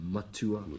Matua